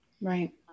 Right